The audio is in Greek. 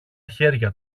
χέρια